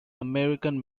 american